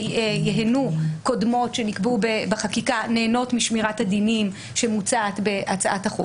חזקות קודמות שנקבעו בחקיקה נהנות משמירת הדינים שמוצעת בהצעת החוק.